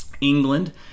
England